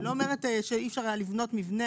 אני לא אומרת שאי אפשר היה לבנות מבנה